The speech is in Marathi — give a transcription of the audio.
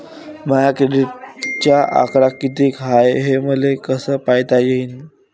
माया क्रेडिटचा आकडा कितीक हाय हे मले कस पायता येईन?